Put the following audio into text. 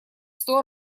сто